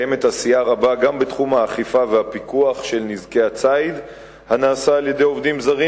את מותם במלכודות של עובדים זרים